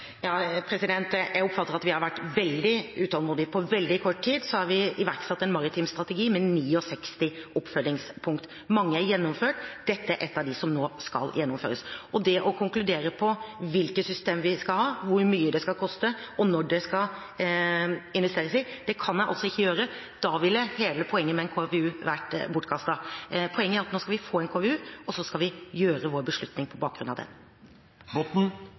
Jeg oppfatter at vi har vært veldig utålmodige. På veldig kort tid har vi iverksatt en maritim strategi med 69 oppfølgingspunkter. Mange er gjennomført. Dette er et av dem som nå skal gjennomføres. Det å konkludere om hvilket system vi skal ha, hvor mye det skal koste, og når det skal investeres, kan jeg altså ikke gjøre. Da ville hele poenget med en KVU være bortkastet. Poenget er at nå skal vi få en KVU, og så skal vi ta vår beslutning på bakgrunn av